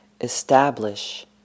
Establish